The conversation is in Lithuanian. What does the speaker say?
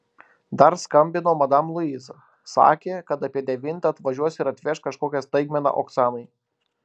dar skambino madam luiza sakė kad apie devintą atvažiuos ir atveš kažkokią staigmeną oksanai